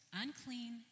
unclean